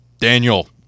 Daniel